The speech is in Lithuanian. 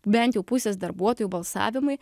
bent jau pusės darbuotojų balsavimai